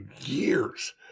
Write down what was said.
years